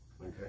Okay